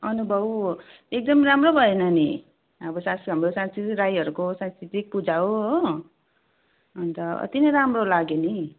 अनुभव एकदम राम्रो भयो नानी अब सास हाम्रो सांस्कृतिक राईहरूको सांस्कृतिक पूजा हो हो अन्त अति नै राम्रो लाग्यो नि